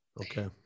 Okay